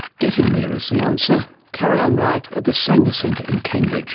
getting there is the answer. caroline right at the sanger centre in cambridge